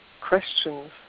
questions